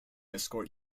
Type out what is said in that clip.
escort